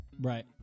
right